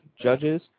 judges